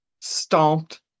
stomped